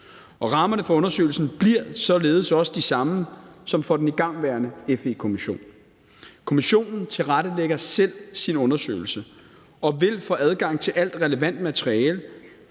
Rammerne for undersøgelsen bliver således også de samme som for den igangværende FE-kommission. Kommissionen tilrettelægger selv sin undersøgelse og vil få adgang til alt relevant materiale,